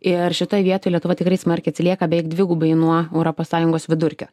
ir šitoj vietoj lietuva tikrai smarkiai atsilieka beveik dvigubai nuo europos sąjungos vidurkio